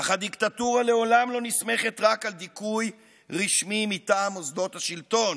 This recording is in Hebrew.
אך הדיקטטורה לעולם לא נסמכת רק על דיכוי רשמי מטעם מוסדות השלטון